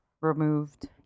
Removed